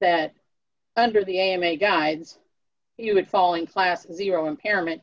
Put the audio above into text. that under the a m a guides you would fall in class of zero impairment